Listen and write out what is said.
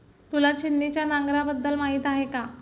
तुला छिन्नीच्या नांगराबद्दल माहिती आहे का?